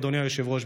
אדוני היושב-ראש,